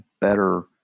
better